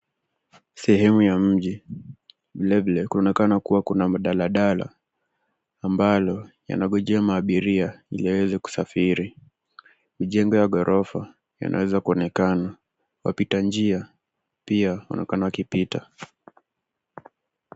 Sehemu ya mji. Vilevile kunaonekana kuwa kuna mdaladala, ambalo yanangojea maabiria, vyaweze kusafiri. Mijengo ya ghorofa, yanaweza kuonekana. Wapita njia pia, wanaonekana wakipita.